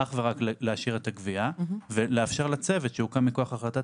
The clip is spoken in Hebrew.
אך ורק להשאיר את הגבייה ולאפשר לצוות שהוקם מכוח החלטת